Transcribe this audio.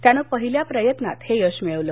त्यानं पहिल्या प्रयत्नात हे यश मिळवलं